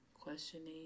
questioning